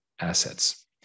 assets